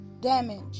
Damage